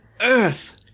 Earth